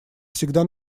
всегда